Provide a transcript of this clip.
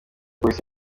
polisi